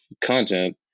content